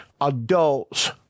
Adults